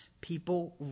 people